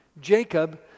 Jacob